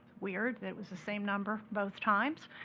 weird that it was the same number both times.